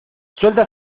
suelta